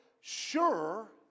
sure